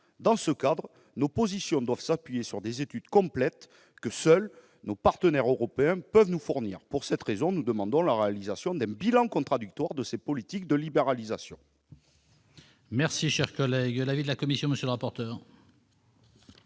Dans ce cadre, nos positions doivent s'appuyer sur des études complètes, que seuls nos partenaires européens peuvent nous fournir. Pour cette raison, nous demandons la réalisation d'un bilan contradictoire de ces politiques de libéralisation. Quel est l'avis de la commission ? Mes chers